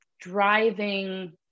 driving